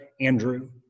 Andrew